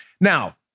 Now